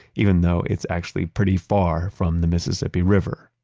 even though it's actually pretty far from the mississippi river.